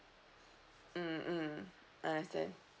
mm mm I understand